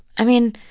i mean,